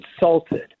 insulted